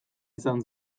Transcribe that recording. izan